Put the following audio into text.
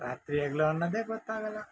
ರಾತ್ರಿ ಹಗಲು ಅನ್ನೋದೆ ಗೊತ್ತಾಗೊಲ್ಲ